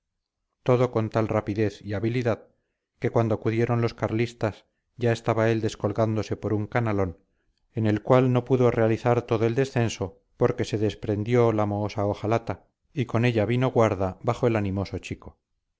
todo con tal rapidez y habilidad que cuando acudieron los carlistas ya estaba él descolgándose por un canalón en el cual no pudo realizar todo el descenso porque se desprendió la mohosa hojalata y con ella vino guarda abajo el animoso chico